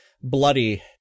bloody